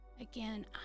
Again